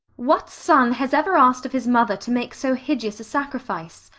what son has ever asked of his mother to make so hideous a sacrifice?